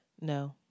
No